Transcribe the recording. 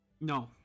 No